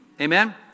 Amen